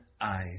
eyes